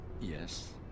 Yes